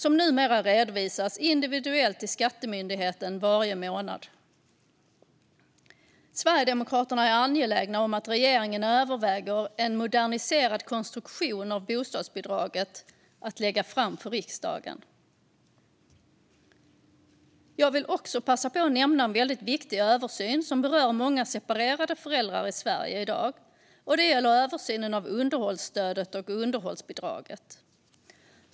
De redovisas numera individuellt till skattemyndigheten varje månad. Sverigedemokraterna är angelägna om att regeringen överväger en moderniserad konstruktion av bostadsbidraget att lägga fram för riksdagen. Jag vill också passa på att nämna en väldigt viktig översyn som berör många separerade föräldrar i Sverige i dag, och det gäller översynen av underhållsstödet och underhållsbidraget.